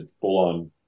full-on